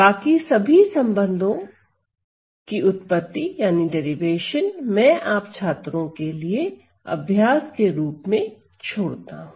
बाकी सभी संबंधों की उत्पत्ति मैं आप छात्रों के लिए अभ्यास के रूप में छोड़ता हूं